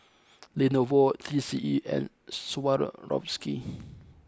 Lenovo three C E and Swarovski